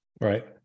Right